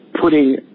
putting